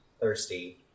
Thirsty